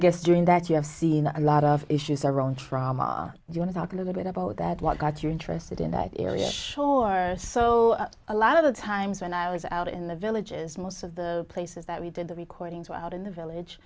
guess doing that you have seen a lot of issues are on trauma you want to talk a little bit about that what got you interested in that area sure so a lot of the times when i was out in the villages most of the places that we did the recordings were out in the village